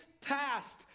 passed